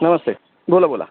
नमस्ते बोला बोला